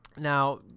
Now